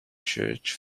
church